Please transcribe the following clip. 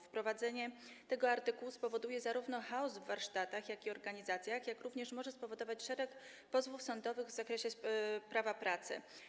Wprowadzenie tego artykułu spowoduje chaos zarówno w warsztatach, jak i w organizacjach, jak również może spowodować szereg pozwów sądowych w zakresie prawa pracy.